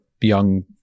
young